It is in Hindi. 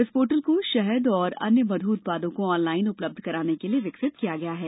इस पोर्टल को शहद और अन्य मधु उत्पादों को ऑनलाइन उपलब्ध कराने के लिए विकसित किया गया है